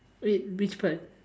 wait which part